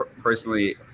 personally